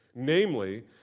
Namely